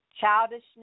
childishness